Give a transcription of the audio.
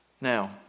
Now